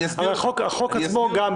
הרי החוק עצמו מאפשר,